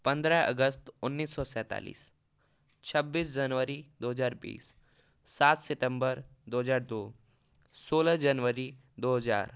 पंद्रह अगस्त उन्नीस सौ सैंतालीस छब्बीस जनवरी दो हज़ार बीस सात सितम्बर दो हज़ार दो सोलह जनवरी दो हज़ार